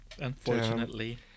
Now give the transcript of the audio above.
unfortunately